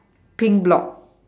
pink block